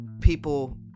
people